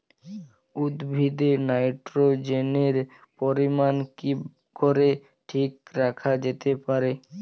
উদ্ভিদে নাইট্রোজেনের পরিমাণ কি করে ঠিক রাখা যেতে পারে?